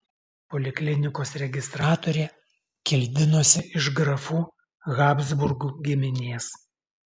poliklinikos registratorė kildinosi iš grafų habsburgų giminės